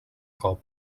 cop